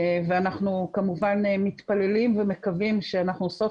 אנחנו כמובן מתפללים ומקווים שאנחנו סוף